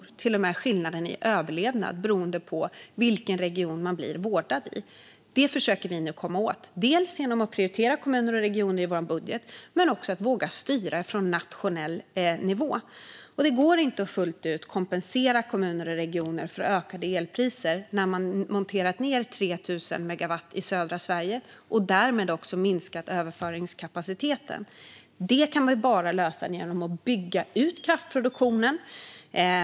Det är till och med skillnader i överlevnad beroende på i vilken region man blir vårdad. Det försöker vi nu komma åt. Det gör vi genom att prioritera kommuner och regioner i vår budget men också genom att våga styra från nationell nivå. Det går inte att fullt ut kompensera kommuner och regioner för ökade elpriser när man har monterat ned 3 000 megawatt i södra Sverige och därmed också minskat överföringskapaciteten. Det kan vi bara lösa genom att bygga ut kraftproduktionen.